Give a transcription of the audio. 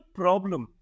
problem